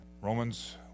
Romans